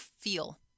feel